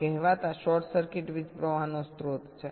આ કહેવાતા short circuit વીજપ્રવાહનો સ્રોત છે